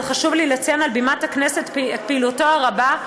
אבל חשוב לי לציין מעל בימת הכנסת את פעילותו הרבה.